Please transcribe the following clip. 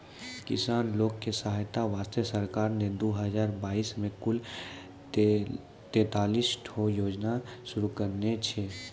किसान लोग के सहायता वास्तॅ सरकार नॅ दू हजार बाइस मॅ कुल तेतालिस ठो योजना शुरू करने छै